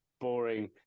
boring